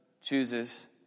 chooses